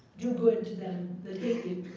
do good to them that hate you.